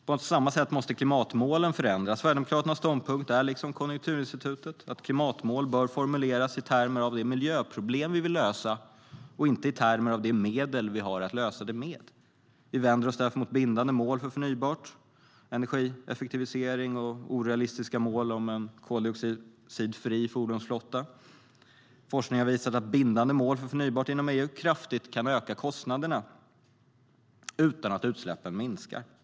På samma sätt måste klimatmålen förändras. Sverigedemokraternas ståndpunkt är liksom Konjunkturinstitutets att klimatmål bör formuleras i termer av de miljöproblem vi vill lösa och inte i termer av de medel vi har att lösa dem med. Vi vänder oss därför mot bindande mål för förnybart och energieffektivisering och orealistiska mål om en koldioxidfri fordonsflotta. Forskning har visat att bindande mål för förnybart inom EU kraftigt kan öka kostnaderna utan att utsläppen minskar.